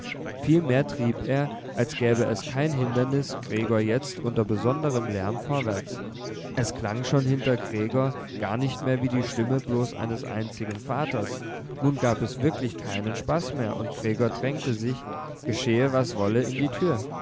vielmehr trieb er als gäbe es kein hindernis gregor jetzt unter besonderem lärm vorwärts es klang schon hinter gregor gar nicht mehr wie die stimme bloß eines einzigen vaters nun gab es wirklich keinen spaß mehr und gregor drängte sich geschehe was wolle in die tür